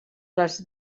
les